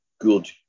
good